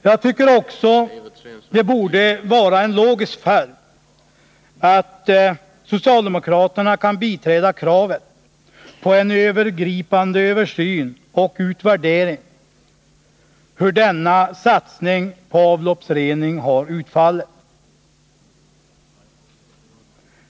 Jag tycker därför att en logisk följd borde vara att socialdemokraterna kunde biträda kravet på en övergripande översyn och utvärdering av hur denna satsning på avloppsrening har utfallit.